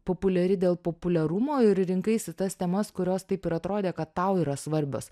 populiari dėl populiarumo ir rinkaisi tas temas kurios taip ir atrodė kad tau yra svarbios